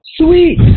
sweet